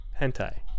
Hentai